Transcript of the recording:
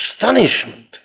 astonishment